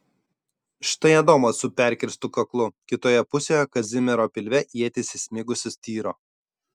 štai adomas su perkirstu kaklu kitoje pusėje kazimiero pilve ietis įsmigusi styro